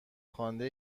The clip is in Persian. خوانده